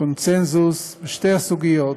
קונסנזוס בשתי הסוגיות